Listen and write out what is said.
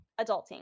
adulting